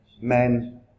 men